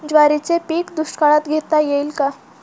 ज्वारीचे पीक दुष्काळात घेता येईल का?